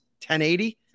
1080